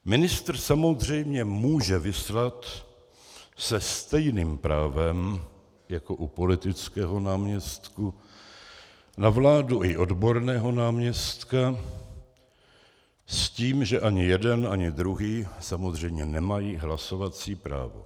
Ministr samozřejmě může vyslat se stejným právem jako u politického náměstka na vládu i odborného náměstka, s tím, že ani jeden ani druhý samozřejmě nemají hlasovací právo.